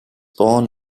born